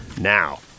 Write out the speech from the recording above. now